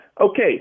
Okay